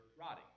rotting